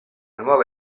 nuova